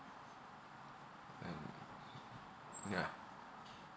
and yeah